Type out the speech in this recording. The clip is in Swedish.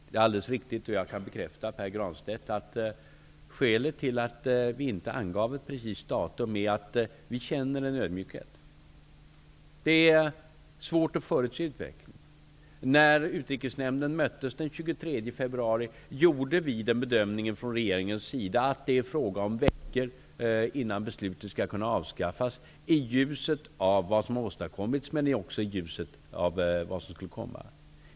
Det är alldeles riktigt och jag kan bekräfta, Pär Granstedt, att skälet till att vi inte angav ett precist datum är att vi känner en ödmjukhet. Det är svårt att förutse utvecklingen. När Utrikesnämnden sammanträdde den 23 februari gjorde vi från regeringens sida bedömningen att det är fråga om veckor innan beslutet skall kunna avskaffas -- i ljuset av vad som har åstadkommits men också i ljuset av vad som skulle komma.